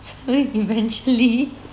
so eventually